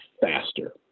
faster